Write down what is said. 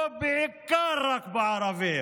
או בעיקר בערבים.